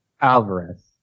Alvarez